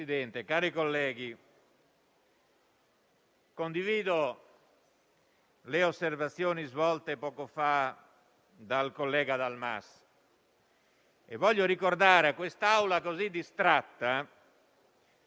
in materia di immigrazione, come se l'immigrazione fosse un fatto nuovo, sconosciuto, sul quale non sia intervenuta a tamburo battente una legislazione per molti anni, in